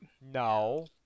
No